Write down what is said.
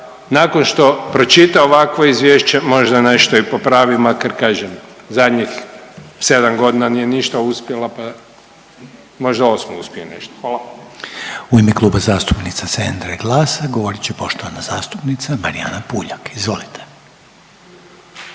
nakon što pročita ovakvo izvješće možda nešto i popravi, makar kažem zadnjih 7 godina nije ništa uspjela, možda osmi uspije nešto. Hvala. **Reiner, Željko (HDZ)** U ime Kluba zastupnica Centra i GLAS-a govorit će poštovana zastupnica Marijana Puljak. Izvolite.